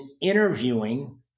interviewing